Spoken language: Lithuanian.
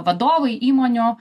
vadovai įmonių